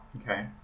Okay